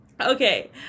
Okay